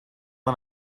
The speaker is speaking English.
and